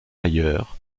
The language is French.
ailleurs